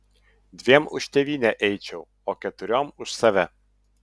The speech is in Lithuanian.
dviem už tėvynę eičiau o keturiom už save